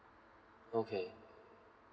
okay